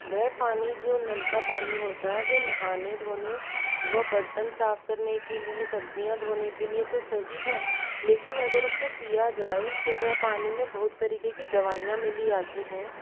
वह पानी जो नल का पानी होता है वह नहाने धोने व बर्तन साफ़ करने के लिए सब्ज़ियाँ धोने के लिए तो सही है लेकिन अगर उसे पीया जाए तो वह पानी में बहुत तरीके की दवाइयाँ मिली आती हैं